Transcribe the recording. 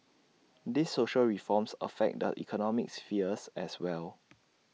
these social reforms affect the economic spheres as well